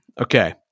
Okay